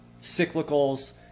cyclicals